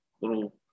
little